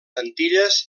antilles